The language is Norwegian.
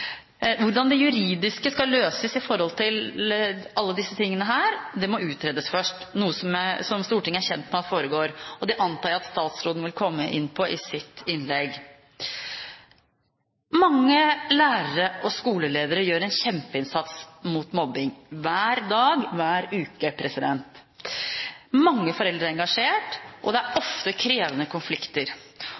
Hvordan det juridiske skal løses med hensyn til alle disse tingene, må utredes først, noe som Stortinget er kjent med at foregår. Det antar jeg at statsråden vil komme inn på i sitt innlegg. Mange lærere og skoleledere gjør en kjempeinnsats mot mobbing – hver dag, hver uke. Mange foreldre er engasjert, og det er ofte krevende konflikter,